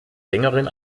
sängerin